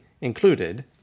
included